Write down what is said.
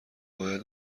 باید